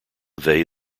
they